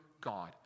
God